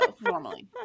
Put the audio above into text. normally